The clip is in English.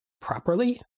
properly